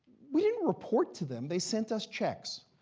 we didn't report to them. they sent us checks.